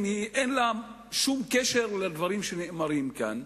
אין לה שום קשר לדברים שנאמרים כאן.